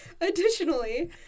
Additionally